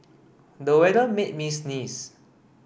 the weather made me sneeze